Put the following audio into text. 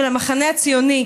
של המחנה הציוני,